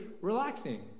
relaxing